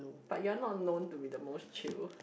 but you are not known to be the most chill